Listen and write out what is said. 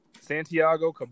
Santiago